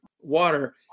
water